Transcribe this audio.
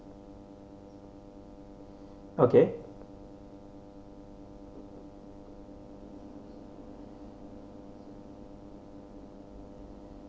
okay